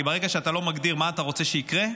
ברגע שאתה לא מגדיר מה אתה רוצה שיקרה,